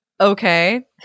Okay